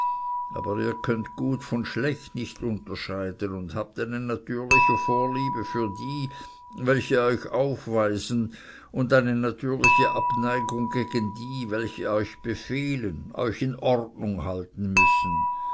aber ihr könnt gut von schlecht nicht unterscheiden und habt eine natürliche vorliebe für die welche euch aufweisen und eine natürliche abneigung gegen die welche euch befehlen euch in ordnung halten müssen